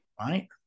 Right